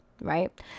right